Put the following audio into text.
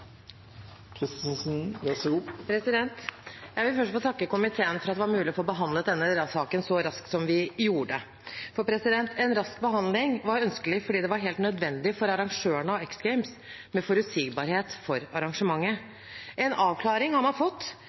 Jeg vil først få takke komiteen for at det var mulig å behandle denne saken så raskt som vi har gjort. En rask behandling var ønskelig fordi det er helt nødvendig for arrangørene av X Games med forutsigbarhet for arrangementet. En avklaring